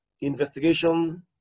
investigation